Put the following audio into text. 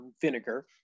vinegar